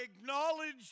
acknowledge